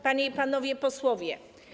Panie i Panowie Posłowie!